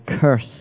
curse